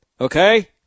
okay